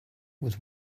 was